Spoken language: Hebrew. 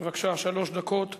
בבקשה, שלוש דקות.